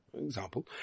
example